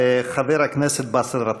חבר הכנסת באסל גטאס.